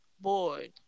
Boy